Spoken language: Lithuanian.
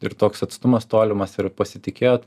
ir toks atstumas tolimas ir pasitikėjot